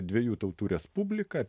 dviejų tautų respubliką